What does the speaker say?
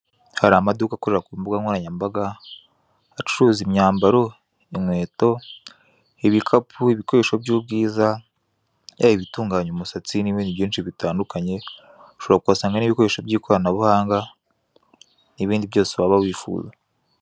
Hari amaduka akorera ku mbuga nkoranyambaga acuruza imyambaro, inkweto, ibikapu, ibikoresho by'ubwiza, yaba ibitunganya umusatsi, n'ibindi byinshi bitandukanye. Ushobora kuhasanga n'ibikoresho by'ikoranabuhanga, n'ibindi byose waba wifuza.